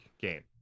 game